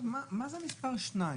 מה זה המספר שתיים?